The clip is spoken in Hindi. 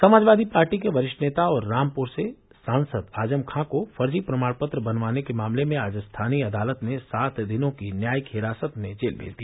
समाजवादी पार्टी के वरिष्ठ नेता और रामपुर से सांसद आजम खान को फर्जी प्रमाणपत्र बनवाने के मामले में आज स्थानीय अदालत ने सात दिनों की न्यायिक हिरासत में जेल भेज दिया